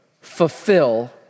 fulfill